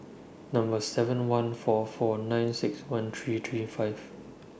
Number seven one four four nine six one three three five